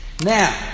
Now